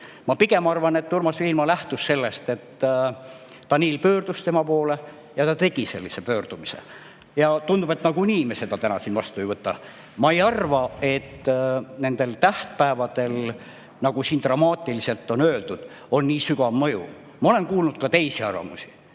Ma pigem arvan, et Urmas Viilma lähtus sellest, et Daniel pöördus tema poole, ja ta tegi sellise pöördumise. Tundub, et nagunii me seda [avaldust] täna vastu ei võta. Ma ei arva, et nendel tähtpäevadel, nagu siin dramaatiliselt on öeldud, on nii sügav mõju. Ma olen kuulnud ka teisi arvamusi.